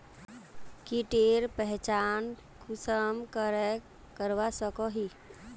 कीटेर पहचान कुंसम करे करवा सको ही?